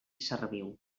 serviu